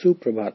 सुप्रभात